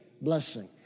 blessing